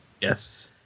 Yes